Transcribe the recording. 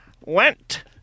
Went